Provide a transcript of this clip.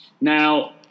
Now